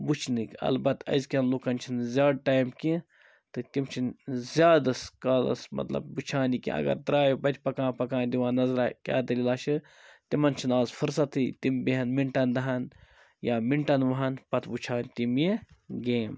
وُچھنٕکۍ البتہٕ أزکیٚن لوٗکَن چھُنہٕ زیاد ٹایم کیٚنٛہہ تہٕ تِم چھِنہٕ زیادَس کالَس مَطلَب وُچھان یہِ کہِ اگر ترٛایہِ وَتہِ پَکان پَکان دِوان نَظرَہ کیٛاہ دلیٖلہ چھِ تِمَن چھَنہٕ آز فرصتٕے تِم بیٚہن مِنٹَن دَہَن یا منٹَن وُہَن پَتہٕ وُچھ ہَن تِم یہِ گیم